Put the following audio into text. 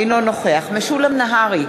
אינו נוכח משולם נהרי,